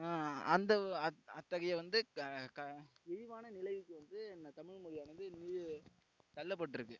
அந்த அத்தகைய வந்து இழிவான நிலைக்கு வந்து இந்த தமிழ் மொழி வந்து தள்ளப்பட்டிருக்கு